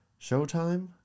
Showtime